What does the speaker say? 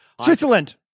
Switzerland